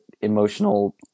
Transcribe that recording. emotional